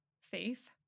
faith